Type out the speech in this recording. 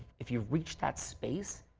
if you've reached that space,